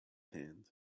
hand